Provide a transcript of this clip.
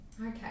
Okay